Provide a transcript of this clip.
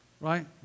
right